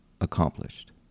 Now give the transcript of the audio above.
accomplished